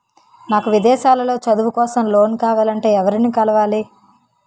నాకు విదేశాలలో చదువు కోసం లోన్ కావాలంటే ఎవరిని కలవాలి?